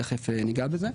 תכף נגע בזה.